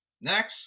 Next